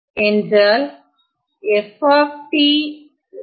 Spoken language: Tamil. என்றால் 1